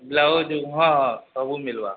blouse ହଁ ହଁ ସବୁ ମିଳିବ